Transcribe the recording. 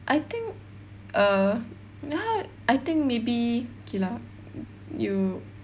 I think err my hou~ I think maybe okay lah you